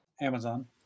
Amazon